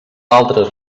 altres